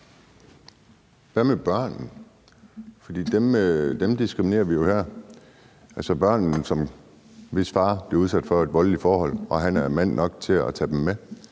Hvad med børnene? Dem diskriminerer vi jo her, altså børnene, hvis far bliver udsat for at være i et voldeligt forhold og er mand nok til at tage dem med;